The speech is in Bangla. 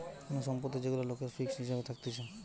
কোন সম্পত্তি যেগুলা লোকের ফিক্সড হিসাবে থাকতিছে